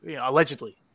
Allegedly